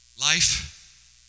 life